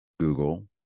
Google